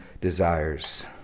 desires